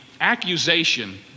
accusation